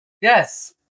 Yes